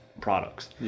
products